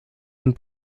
une